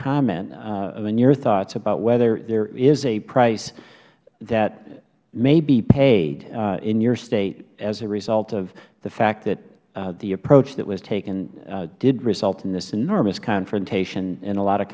comment on your thoughts about whether there is a price that may be paid in your state as a result of the fact that the approach that was taken did result in this enormous confrontation and a lot of